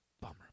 Bummer